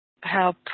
help